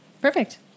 Perfect